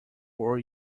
four